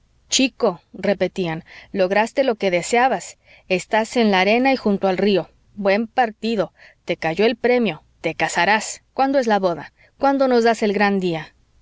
chico repetían lograste lo que deseabas estás en la arena y junto al rio buen partido te cayó el premio te casarás cuándo es la boda cuándo nos das el gran día